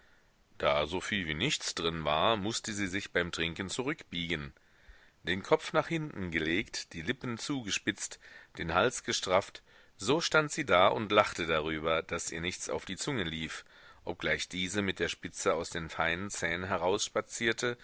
da soviel wie nichts drin war mußte sie sich beim trinken zurückbiegen den kopf nach hinten gelegt die lippen zugespitzt den hals gestrafft so stand sie da und lachte darüber daß ihr nichts auf die zunge lief obgleich diese mit der spitze aus den feinen zähnen